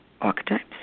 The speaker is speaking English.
archetypes